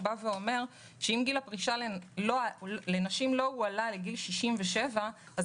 הוא אומר שאם גיל הפרישה לנשים לא הועלה לגיל 67 אז